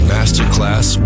Masterclass